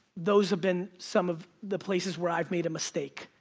those have been some of the places where i've made a mistake.